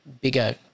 bigger